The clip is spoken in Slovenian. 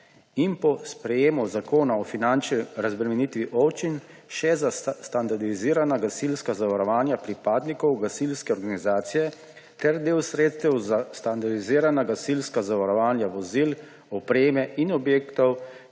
in po sprejemu Zakona o finančni razbremenitvi občin še za standardizirana gasilska zavarovanja pripadnikov gasilske organizacije ter del sredstev za standardizirana gasilska zavarovanja vozil, opreme in objektov,